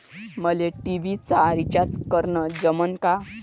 मले टी.व्ही चा रिचार्ज करन जमन का?